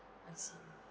I see